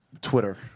Twitter